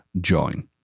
join